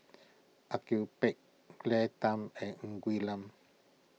Au Yue Pak Claire Tham and Ng Quee Lam